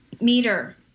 meter